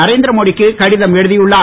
நரேந்திர மோடிக்கு கடிதம் எழுதியுள்ளார்